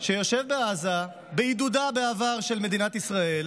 שיושב בעזה, בעידודה בעבר של מדינת ישראל,